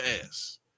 ass